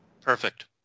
Perfect